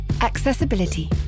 Accessibility